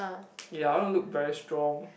ya I want to look very strong